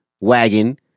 wagon